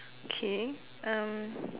okay um